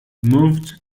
moved